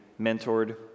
mentored